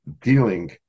dealing